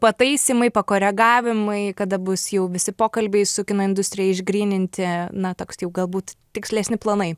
pataisymai pakoregavimai kada bus jau visi pokalbiai su kino industrija išgryninti na toks jau galbūt tikslesni planai